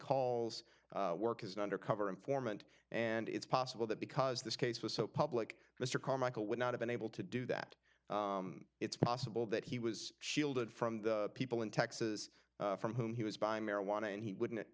calls work as an undercover informant and it's possible that because this case was so public mr carmichael would not have been able to do that it's possible that he was shielded from the people in texas from whom he was by marijuana and he wouldn't